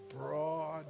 broad